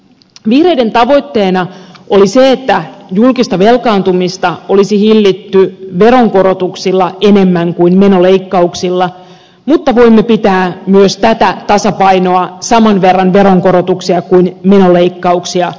vihreiden tavoitteena oli se että julkista velkaantumista olisi hillitty veronkorotuksilla enemmän kuin menoleikkauksilla mutta voimme pitää myös tätä tasapainoa saman verran veronkorotuksia kuin menoleikkauksia tyydyttävänä